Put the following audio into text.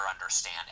understand